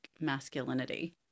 masculinity